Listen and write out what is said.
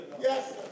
Yes